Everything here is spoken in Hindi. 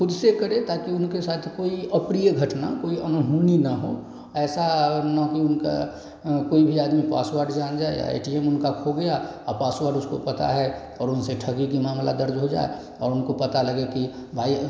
ख़ुद से करें ताकि उन लोग के साथ कोई अप्रिय घटना कोई अनहोनी न हो ऐसा न कि उनका कोई भी आदमी पासवर्ड जान जाए या ए टी एम उनका खो गया पासवर्ड उसको पता है और उनसे ठगी का मामला दर्ज हो जाए और उनको पता लगे कि भाई